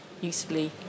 usefully